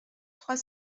trois